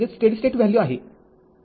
तर हे स्थिर स्थिती मूल्य आहे